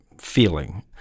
feeling